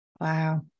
Wow